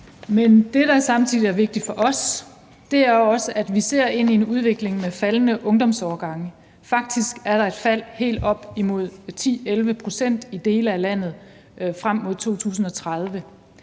Men det, der samtidig er vigtigt for os, er også, at vi ser ind i en udvikling med faldende ungdomsårgange. Faktisk er der et fald helt op imod 10-11 pct. i dele af landet frem mod 2030.